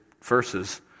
verses